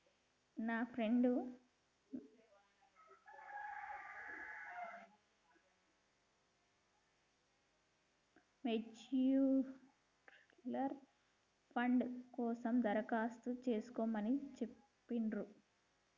నా friend mutual fund కోసం దరఖాస్తు చేస్కోమని చెప్పిర్రు